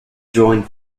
joined